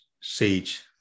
sage